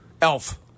Elf